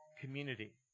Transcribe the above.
community